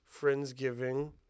Friendsgiving